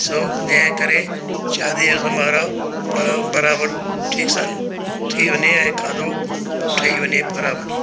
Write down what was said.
सो जंहिं करे शादीअ जो समारोह ब बराबरि ठीक सां थी वञे ऐं खाधो ठही वञे बराबरि